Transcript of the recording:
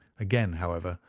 again, however,